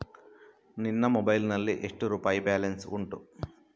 ನಿನ್ನ ಮೊಬೈಲ್ ನಲ್ಲಿ ಎಷ್ಟು ರುಪಾಯಿ ಬ್ಯಾಲೆನ್ಸ್ ಉಂಟು?